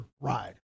ride